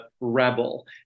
rebel